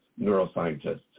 neuroscientists